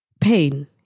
Pain